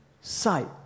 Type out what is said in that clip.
sight